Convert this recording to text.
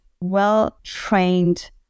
well-trained